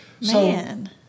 Man